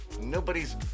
Nobody's